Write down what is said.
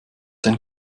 denn